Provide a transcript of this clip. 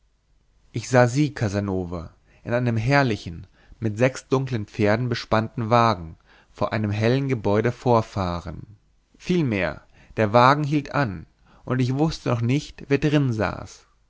ich sah sie casanova in einem herrlichen mit sechs dunklen pferden bespannten wagen vor einem hellen gebäude vorfahren vielmehr der wagen hielt an und ich wußte noch nicht wer drin saß